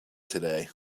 today